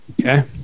Okay